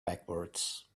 backwards